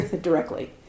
directly